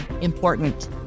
important